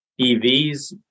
EVs